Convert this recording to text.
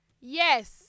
yes